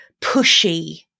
pushy